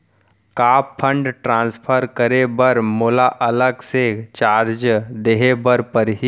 का fund transfer करे बर मोला अलग से चार्ज देहे बर परही?